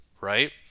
right